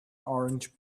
orange